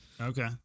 Okay